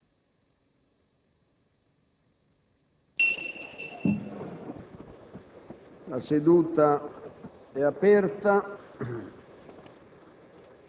La seduta è aperta